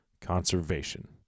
conservation